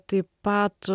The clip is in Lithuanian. taip pat